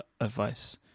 advice